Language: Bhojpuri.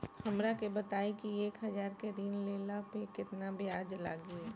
हमरा के बताई कि एक हज़ार के ऋण ले ला पे केतना ब्याज लागी?